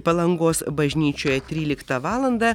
palangos bažnyčioje tryliktą valandą